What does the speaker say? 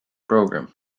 program